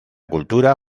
cultura